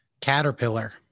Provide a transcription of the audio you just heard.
caterpillar